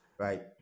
Right